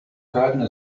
curtain